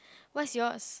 what's yours